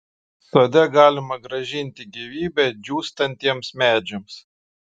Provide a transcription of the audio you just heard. sode galima grąžinti gyvybę džiūstantiems medžiams